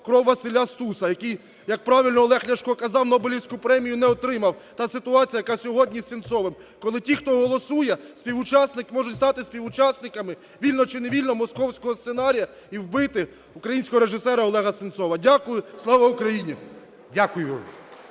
кров Василя Стуса, який, як правильно Олег Ляшко казав, Нобелівську премію не отримав. Та ситуація, яка сьогодні з Сенцовим, коли ті хто голосує, можуть стати співучасниками вільно чи невільно московського сценарію і вбити українського режисера Олега Сенцова. Дякую. Слава Україні!